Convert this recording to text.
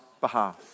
behalf